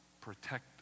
protect